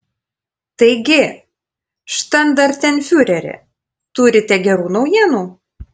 taigi štandartenfiureri turite gerų naujienų